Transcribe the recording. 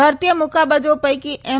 ભારતીય મુક્કાબાજો પૈકી એમ